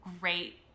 great